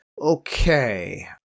Okay